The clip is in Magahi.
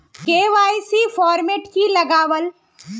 के.वाई.सी फॉर्मेट की लगावल?